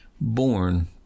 born